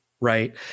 right